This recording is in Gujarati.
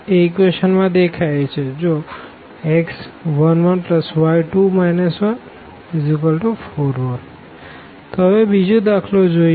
x1 1 y2 1 4 1 તો હવે બીજો દાખલો જોઈએ